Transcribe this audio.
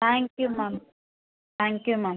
thank you ma'am thank you ma'am